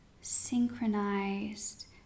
synchronized